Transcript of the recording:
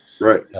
right